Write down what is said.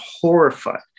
horrified